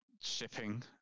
Shipping